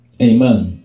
amen